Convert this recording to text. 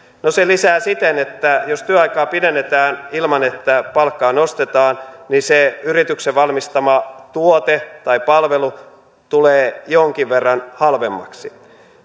no se lisää siten että jos työaikaa pidennetään ilman että palkkaa nostetaan niin se yrityksen valmistama tuote tai palvelu tulee jonkin verran halvemmaksi